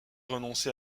renoncé